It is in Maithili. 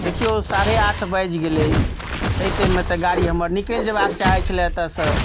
देखियौ साढ़े आठ बाजि गेलै एहि टाइम मे तऽ गाड़ी हमर निकैल जयबाक चाही छलए एतय सँ